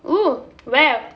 oh where